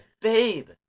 babe